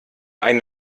eine